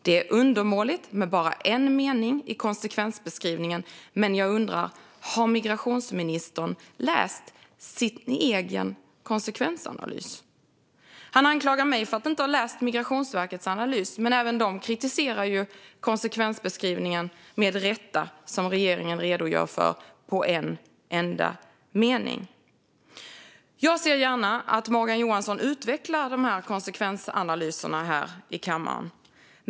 Det är undermåligt med bara en mening i konsekvensbeskrivningen. Jag undrar dock om migrationsministern har läst sin egen konsekvensanalys. Han anklagar mig för att inte ha läst Migrationsverkets analys, men även de kritiserar ju, med rätta, den konsekvensbeskrivning som regeringen redogör för i en enda mening. Jag ser gärna att Morgan Johansson utvecklar konsekvensanalysen här i kammaren.